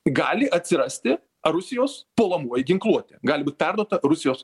gali atsirasti rusijos puolamoji ginkluotė gali būt perduota rusijos